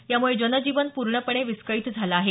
यामुळे जनजीवन पूर्णपणे विस्कळित झालं आहे